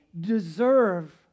deserve